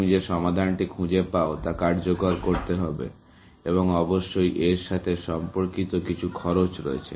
তুমি যে সমাধানটি খুঁজে পাও তা কার্যকর করতে হবে এবং অবশ্যই এর সাথে সম্পর্কিত কিছু খরচ রয়েছে